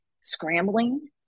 scrambling